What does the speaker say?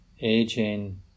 aging